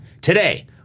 today